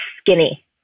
skinny